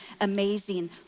amazing